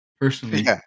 personally